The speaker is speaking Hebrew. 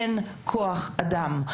אין כוח אדם.